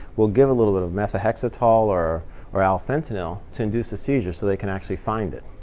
we'll give a little bit of methohexital or or alfentanil to induce a seizure so they can actually find it.